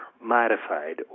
modified